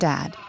Dad